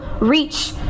reach